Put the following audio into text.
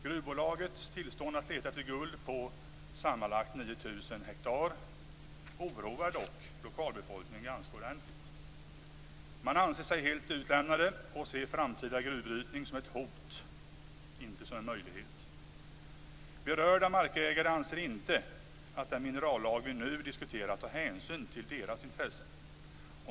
Gruvbolagets tillstånd att leta efter guld på sammanlagt 9 000 hektar oroar dock lokalbefolkningen ganska ordentligt. Den anser sig helt utlämnad och ser framtida gruvbrytning som ett hot, inte som en möjlighet. Berörda markägare anser inte att den minerallag vi nu diskuterar tar hänsyn till deras intressen.